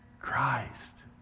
Christ